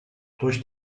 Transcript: durch